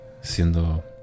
siendo